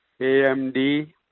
AMD